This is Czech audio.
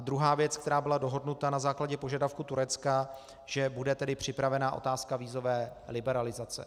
Druhá věc, která byla dohodnuta na základě požadavku Turecka, že bude tedy připravena otázka vízové liberalizace.